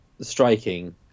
striking